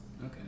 Okay